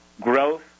growth